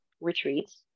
retreats